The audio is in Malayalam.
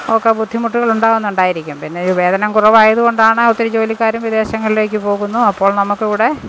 ഒക്കെ ബുദ്ധിമുട്ടുകളുണ്ടാകുന്നുണ്ടായിരിക്കും പിന്നെ ഈ വേതനം കുറവായതുകൊണ്ടാണ് ഒത്തിരി ജോലിക്കാർ വിദേശങ്ങളിലേക്ക് പോകുന്നു അപ്പോൾ നമുക്കിവിടെ